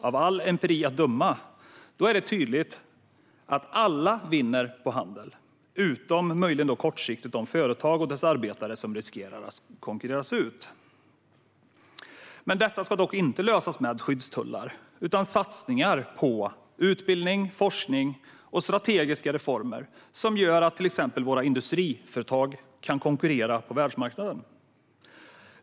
Av all empiri att döma är det tydligt att alla vinner på handel, utom möjligen kortsiktigt de företag som riskerar att konkurreras ut och deras arbetare. Detta ska dock inte lösas med skyddstullar, utan med satsningar på utbildning, forskning och strategiska reformer som gör att till exempel våra industriföretag kan konkurrera på världsmarknaden.